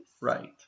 Right